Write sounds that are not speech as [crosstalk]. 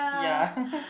ya [laughs]